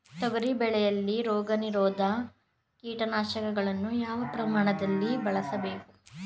ತೊಗರಿ ಬೆಳೆಯಲ್ಲಿ ರೋಗನಿರೋಧ ಕೀಟನಾಶಕಗಳನ್ನು ಯಾವ ಪ್ರಮಾಣದಲ್ಲಿ ಬಳಸಬೇಕು?